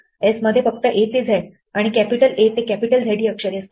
s मध्ये फक्त a ते z आणि कॅपिटल a ते कॅपिटल z ही अक्षरे असतात